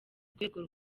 rwego